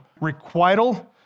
requital